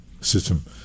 system